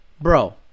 Bro